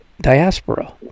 diaspora